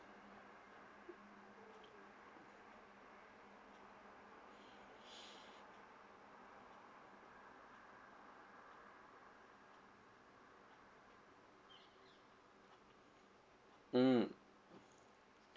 mm